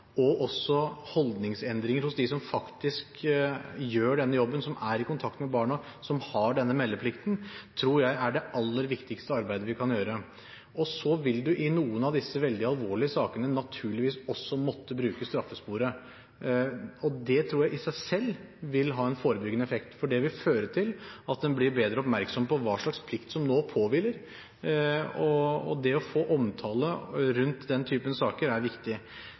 og også holdningsendringer hos dem som faktisk gjør denne jobben, som er i kontakt med barna, som har denne meldeplikten, tror jeg er det aller viktigste arbeidet vi kan gjøre. Man vil i noen av disse veldig alvorlige sakene også naturligvis måtte bruke straffesporet. Det tror jeg i seg selv vil ha en forebyggende effekt, for det vil føre til at en blir mer oppmerksom på hva slags plikt som nå påhviler en. Det å få omtale rundt den typen saker er viktig.